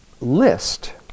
list